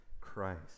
Christ